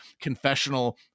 confessional